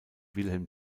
wilhelm